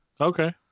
okay